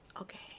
okay